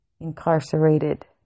incarcerated